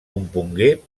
compongué